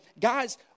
guys